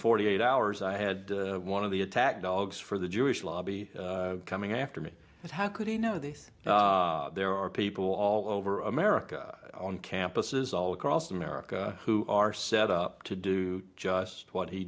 forty eight hours i had one of the attack dogs for the jewish lobby coming after me and how could he know this there are people all over america on campuses all across america who are set up to do just what he